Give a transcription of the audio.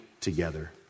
together